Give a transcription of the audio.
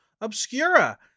Obscura